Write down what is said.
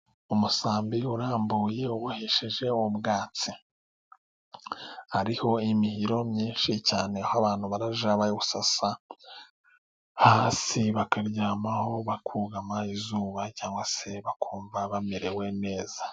Umusambi urambuye ubohesheje ubwatsi. Hariho imihiro myinshi cyane aho abantu baribuge basasa hasi, bakaryamaho bakugama izuba cyangwa, se bakumva bamerewe neza.